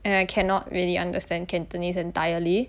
and I cannot really understand cantonese entirely